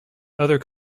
other